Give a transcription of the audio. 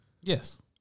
Yes